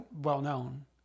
well-known